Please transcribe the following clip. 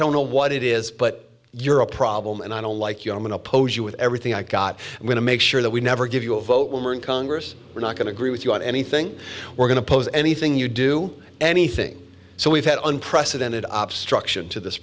don't know what it is but you're a problem and i don't like you and oppose you with everything i've got i'm going to make sure that we never give you a vote winner in congress we're not going to agree with you on anything we're going to post anything you do anything so we've had unprecedented op struction to this